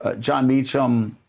ah jon meacham,